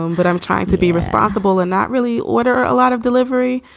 um but i'm trying to be responsible and not really order a lot of delivery